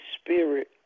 Spirit